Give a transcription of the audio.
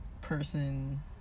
person